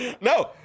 No